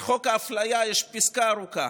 על חוק ההפליה יש פסקה ארוכה.